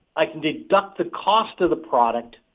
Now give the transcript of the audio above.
i can deduct the cost of the product.